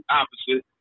opposite